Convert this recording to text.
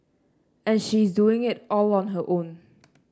and she is doing it all on her own